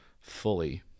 fully